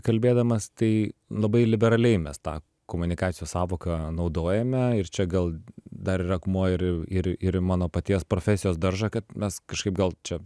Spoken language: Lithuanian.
kalbėdamas tai labai liberaliai mes tą komunikacijos sąvoką naudojame ir čia gal dar ir akmuo ir ir ir į mano paties profesijos daržą kad mes kažkaip gal čia